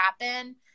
happen